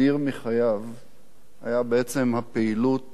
היה בעצם הפעילות בשירות ביטחון כללי.